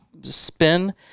spin